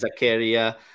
Zakaria